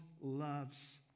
loves